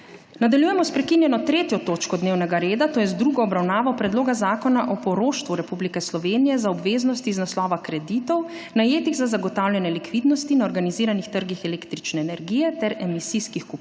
Nadaljujemo s prekinjeno 3. točko dnevnega reda, to je z drugo obravnavo Predloga zakona o poroštvu Republike Slovenije za obveznosti iz naslova kreditov, najetih za zagotavljanje likvidnosti na organiziranih trgih električne energije ter emisijskih kuponov